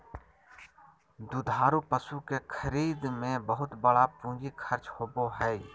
दुधारू पशु के खरीद में बहुत बड़ा पूंजी खर्च होबय हइ